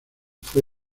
fue